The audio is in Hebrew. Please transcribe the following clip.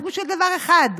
רק בשביל דבר אחד: